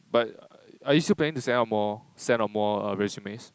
but are you still planning to send out more send out more err resumes